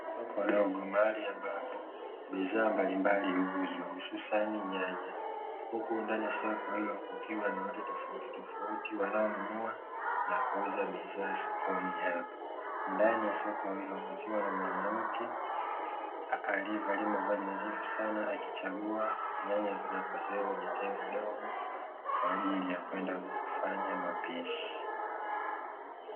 Soko dogo mahali ambapo bidhaa mbalimbali huuzwa hususani nyanya, huku ndani ya soko hilo kukiwa na watu tofauti tofauti wanaonunua na kuuza bidhaa sokoni hapo. Ndani ya soko hilo kukiwa na mwanamke aliyevalia mavazi nadhifu sana akichagua nyanya na kuziweka kwenye tenga dogo kwa ajili ya kwenda kufanya mapishi.